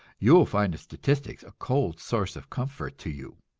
you will find the statistics a cold source of comfort to you.